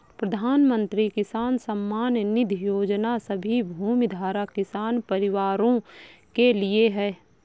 प्रधानमंत्री किसान सम्मान निधि योजना सभी भूमिधारक किसान परिवारों के लिए है